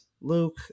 luke